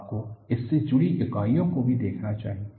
आपको इससे जुड़ी इकाइयों को भी देखना चाहिए